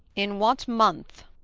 in what month?